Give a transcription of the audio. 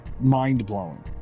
mind-blowing